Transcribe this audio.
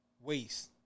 waste